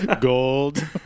Gold